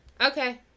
okay